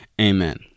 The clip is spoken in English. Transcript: amen